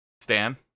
Stan